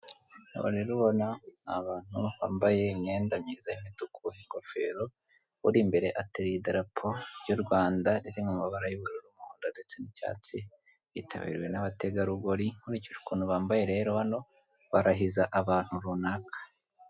Abantu bari mu ihema bicaye bari mu nama, na none hari abandi bahagaze iruhande rw'ihema bari kumwe n'abashinzwe umutekano mo hagati hari umugabo uri kuvuga ijambo ufite mikoro mu ntoki.